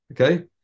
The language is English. Okay